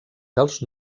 dels